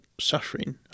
suffering